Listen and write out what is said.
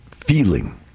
feeling